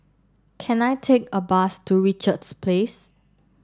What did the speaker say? can I take a bus to Richards Place